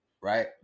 right